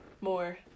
more